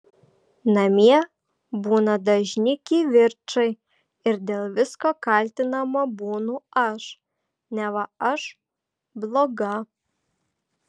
namie būna dažni kivirčai ir dėl visko kaltinama būnu aš neva aš bloga